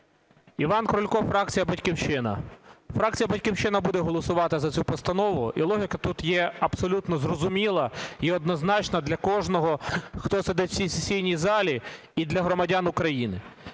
Іван Крулько, фракція "Батьківщина". Фракція "Батьківщина" буде голосувати за цю постанову. І логіка тут є абсолютно зрозуміла і однозначна для кожного, хто сидить в цій сесійній залі і для громадян України.